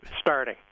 starting